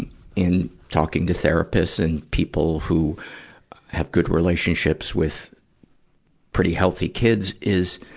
in talking to therapists and people who have good relationships with pretty healthy kids, is